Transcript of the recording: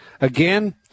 Again